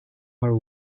her